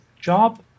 job